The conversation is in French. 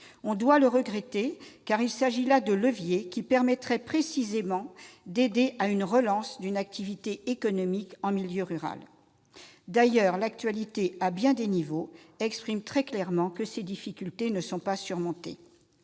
On doit le regretter, car il s'agit là de leviers qui permettraient précisément d'aider à la relance d'une activité économique en milieu rural. L'actualité, à bien des niveaux, exprime d'ailleurs très clairement que ces difficultés ne sont pas surmontées